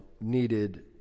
needed